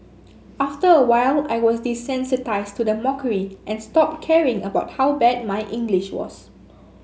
after a while I was desensitised to the mockery and stopped caring about how bad my English was